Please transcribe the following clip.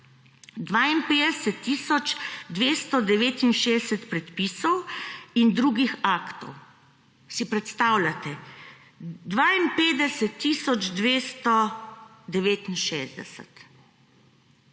269 predpisov in drugih aktov. Si predstavljate 52